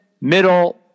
middle